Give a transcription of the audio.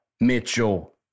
Mitchell